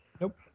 Nope